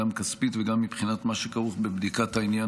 גם כספית וגם מבחינת מה שכרוך בבדיקת העניין.